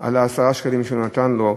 מ-10 השקלים שהוא נתן לו,